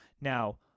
Now